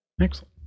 Excellent